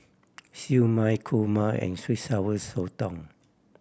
Siew Mai kurma and sweet Sour Sotong